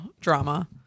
drama